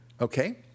okay